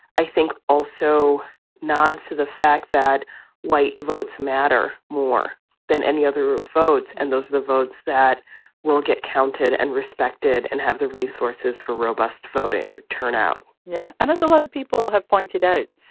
i think also nods to the fact that white votes matter more than any other votes. and those are the votes that will get counted and respected and have the resources for robust voter turnout yeah and there's a lot of people have pointed out,